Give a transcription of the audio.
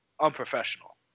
unprofessional